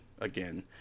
again